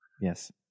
Yes